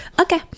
Okay